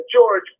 George